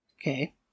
Okay